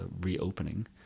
reopening